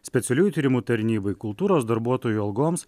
specialiųjų tyrimų tarnybai kultūros darbuotojų algoms